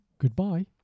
goodbye